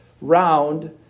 round